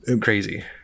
crazy